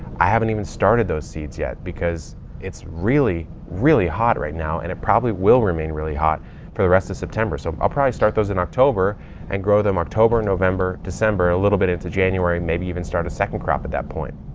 i haven't even started those seeds yet because it's really, really hot right now. and it probably will remain really hot for the rest of september. so i'll probably start those in october and grow them october, november, december, a little bit into january. maybe even start a second crop at that point.